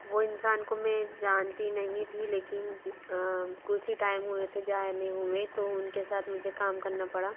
वो इंसान को मैं जानती नहीं थी लेकिन ज कुछ ही टाइम हुए थे जाने हुए तो उनके साथ मुझे काम करना पड़ा